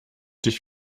dich